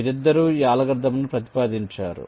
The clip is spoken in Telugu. వీరిద్దరూ ఈ అల్గోరిథంను ప్రతిపాదించారు